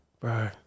bro